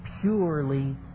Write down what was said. purely